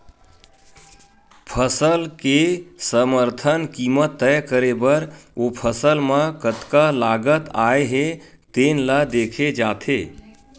फसल के समरथन कीमत तय करे बर ओ फसल म कतका लागत आए हे तेन ल देखे जाथे